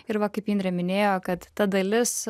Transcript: ir va kaip indrė minėjo kad ta dalis